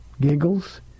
giggles